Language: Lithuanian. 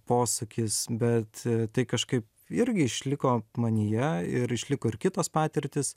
posūkis bet tai kažkai irgi išliko manyje ir išliko ir kitos patirtys